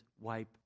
wipe